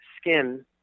skin